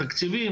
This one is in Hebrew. תקציבים